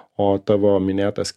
o tavo minėtas